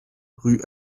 rue